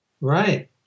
Right